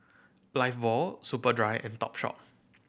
Lifebuoy Superdry and Topshop